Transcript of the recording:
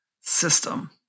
system